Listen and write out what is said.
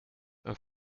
een